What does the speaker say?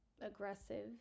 aggressive